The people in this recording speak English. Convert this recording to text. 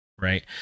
Right